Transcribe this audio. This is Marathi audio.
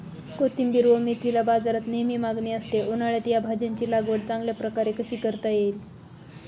कोथिंबिर व मेथीला बाजारात नेहमी मागणी असते, उन्हाळ्यात या भाज्यांची लागवड चांगल्या प्रकारे कशी करता येईल?